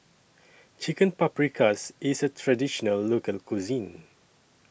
Chicken Paprikas IS A Traditional Local Cuisine